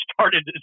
started